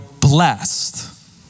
blessed